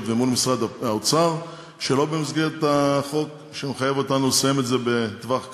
ומול משרד האוצר שלא במסגרת חוק שמחייב אותנו לסיים בטווח קצר.